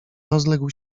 rozległ